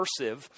immersive